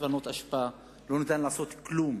אי-אפשר לפנות אשפה, אי-אפשר לעשות דבר.